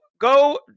Go